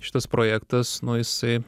šitas projektas nu jisai